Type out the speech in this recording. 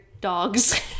dogs